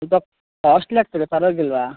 ಸ್ವಲ್ಪ ಕಾಸ್ಟ್ಲಿ ಆಗ್ತದೆ ಪರವಾಗಿಲ್ಲವಾ